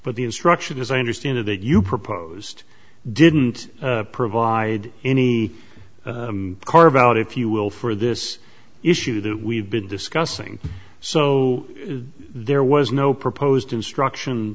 but the instruction as i understand it that you proposed didn't provide any card valid if you will for this issue that we've been discussing so there was no proposed instruction